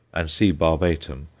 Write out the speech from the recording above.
and c. barbatum,